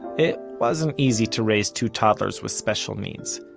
it wasn't easy to raise two toddlers with special needs.